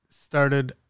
started